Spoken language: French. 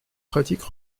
pratiques